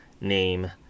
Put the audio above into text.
name